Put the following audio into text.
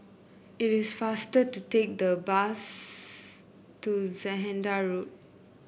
it is faster to take the bus to Zehnder Road